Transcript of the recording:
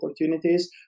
opportunities